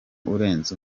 urenze